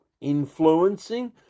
influencing